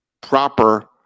proper